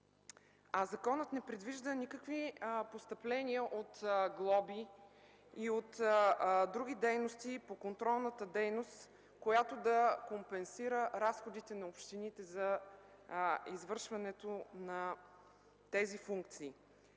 законът не предвижда никакви постъпления от глоби и от други дейности по контролната дейност, която да компенсира разходите на общините за извършването на тези функции.